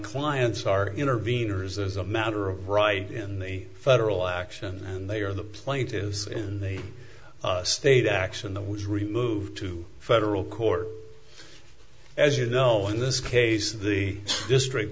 clients are interveners as a matter of right in the federal action and they are the plaintiffs in the state action that was removed to federal court as you know in this case the district